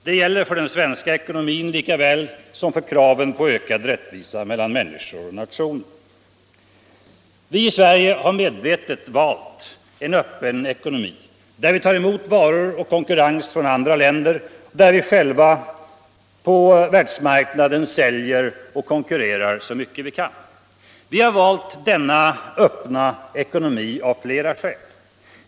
Det gäller för den svenska ekonomin lika väl som för kraven på ökad rättvisa mellan människor och nationer. Vi i Sverige har medvetet valt att ha en öppen ekonomi, där vi tar emot varor och konkurrens från andra länder, där vi själva på världsmarknaden säljer och konkurrerar så mycket vi kan. Vi har valt denna öppna ekonomi av flera skäl.